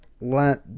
let